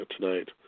tonight